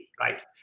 right